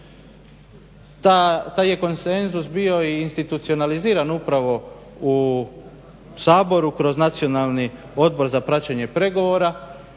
Taj je konsenzus bio i institucionaliziran upravo u Saboru kroz Nacionalni odbor za praćenje pregovora